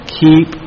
keep